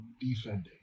defending